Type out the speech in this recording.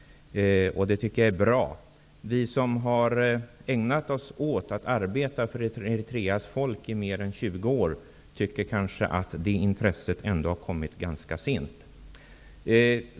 Det tycker jag är bra. Vi som har ägnat oss åt att arbeta för Eritreas folk i mer än 20 år tycker kanske att det intresset ändå kommit ganska sent.